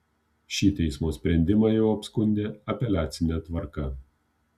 šį teismo sprendimą jau apskundė apeliacine tvarka